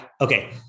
Okay